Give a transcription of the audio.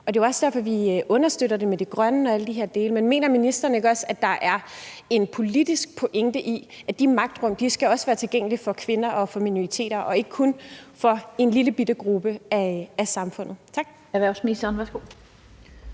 Det er jo også derfor, vi understøtter det med det grønne og alle de her dele. Men mener ministeren ikke også, at der er en politisk pointe i, at de magtrum også skal være tilgængelige for kvinder og for minoriteter og ikke kun for en lillebitte gruppe af samfundet? Tak.